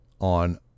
on